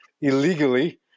illegally